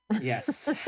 Yes